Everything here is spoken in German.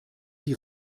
die